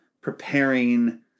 preparing